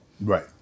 Right